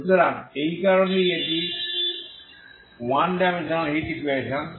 সুতরাং এই কারণেই এটি ওয়ান ডাইমেনশনাল হিট ইকুয়েশন